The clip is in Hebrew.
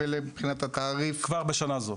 ממילא מבחינת התעריף --- כבר בשנה הזו.